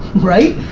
right?